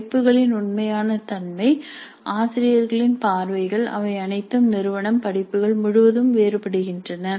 படிப்புகளின் உண்மையான தன்மை ஆசிரியர்களின் பார்வைகள் அவை அனைத்தும் நிறுவனம் படிப்புகள் முழுவதும் வேறுபடுகின்றன